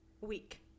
week